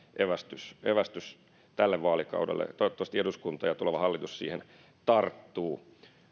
evästys evästys tälle vaalikaudelle toivottavasti eduskunta ja tuleva hallitus siihen tarttuvat